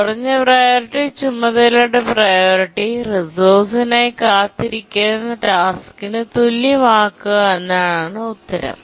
കുറഞ്ഞ പ്രിയോറിറ്റി ചുമതലയുടെ പ്രിയോറിറ്റി റിസോഴ്സ്നായി കാത്തിരിക്കുന്ന ടാസ്ക്കിന് തുല്യമാക്കുക എന്നതാണ് ഉത്തരം